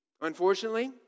Unfortunately